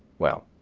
well,